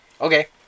okay